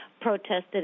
protested